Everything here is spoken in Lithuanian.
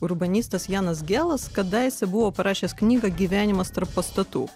urbanistas janas gelas kadaise buvo parašęs knygą gyvenimas tarp pastatų